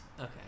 Okay